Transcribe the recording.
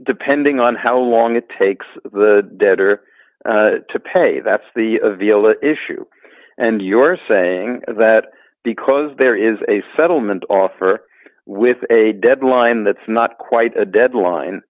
depending on how long it takes the debtor to pay that's the deal issue and you're saying that because there is a settlement offer with a deadline that's not quite a deadline